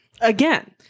again